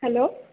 hello